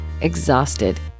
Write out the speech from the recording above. exhausted